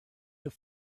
have